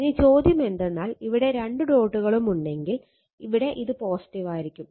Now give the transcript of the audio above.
ഇനി ചോദ്യമെന്തെന്നാൽ ഇവിടെ രണ്ട് ഡോട്ടുകളും ഉണ്ടെങ്കിൽ ഇവിടെ ഇത് ആയിരിക്കും